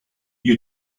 you